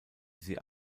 sie